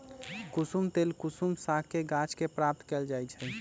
कुशुम तेल कुसुम सागके गाछ के प्राप्त कएल जाइ छइ